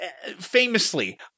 Famously